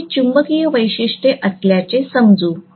आपण हे चुंबकीय वैशिष्ट्ये असल्याचे समजू